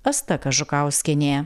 asta kažukauskienė